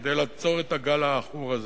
כדי לעצור את הגל העכור הזה.